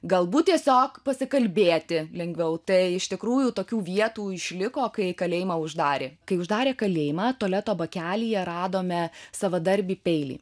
galbūt tiesiog pasikalbėti lengviau tai iš tikrųjų tokių vietų išliko kai kalėjimą uždarė kai uždarė kalėjimą tualeto bakelyje radome savadarbį peilį